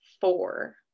four